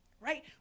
right